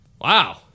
Wow